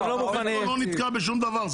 המטרו לא נתקע בשם דבר.